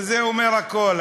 וזה אומר הכול.